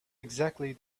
exactly